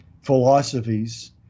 philosophies